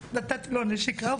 הוא אמר לי שאני באה לספר סיפורים,